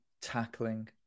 tackling